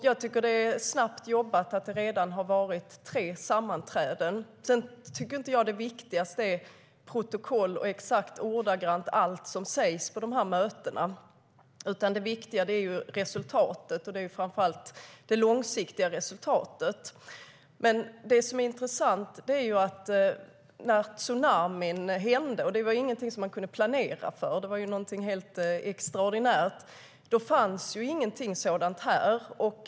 Jag tycker att det är snabbt jobbat att det redan har varit tre sammanträden. Jag tycker inte att det viktigaste är protokoll och ordagrant allt som sägs på mötena. Det viktiga är resultatet, framför allt det långsiktiga resultatet. När tsunamin inträffade - det var ingenting som man kunde planera för; det var någonting extraordinärt - fanns det inte någonting sådant här.